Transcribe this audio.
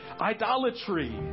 idolatry